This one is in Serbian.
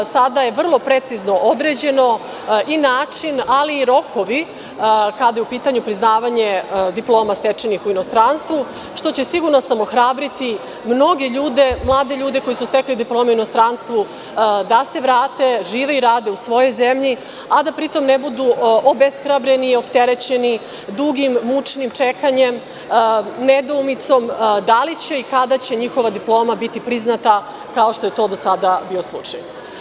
Sada je vrlo precizno određen način, ali i rokovi, kada je u pitanju priznavanje diploma stečenih u inostranstvu, što će, sigurna sam, ohrabriti mnoge mlade ljude, koji su stekli diplomu u inostranstvu, da se vrate, žive i rade u svojoj zemlji, a da pri tom ne budu obeshrabreni, opterećeni dugim, mučnim čekanjem, nedoumicom da li će i kada će njihova diploma biti priznata, kao što je to do sada bio slučaj.